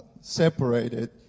separated